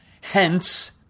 Hence